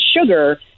sugar